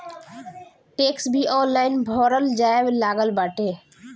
tax भी online भरल जाए लागल बाटे